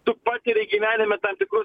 tu patiri gyvenime tam tikrus